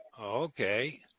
Okay